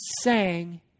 sang